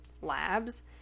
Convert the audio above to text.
labs